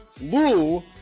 Lou